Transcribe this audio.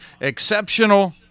Exceptional